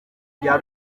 rya